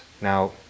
Now